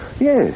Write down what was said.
Yes